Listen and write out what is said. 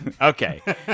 Okay